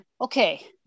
Okay